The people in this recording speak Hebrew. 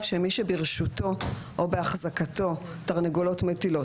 שמי שברשותו או באחזקת תרנגולות מטילות,